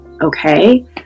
okay